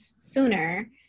sooner